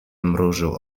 mrużył